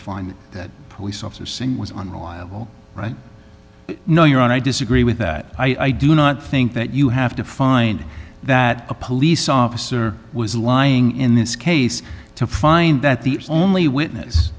find that police officer singh was unreliable and i know you're on i disagree with that i do not think that you have to find that a police officer was lying in this case to find that the only witness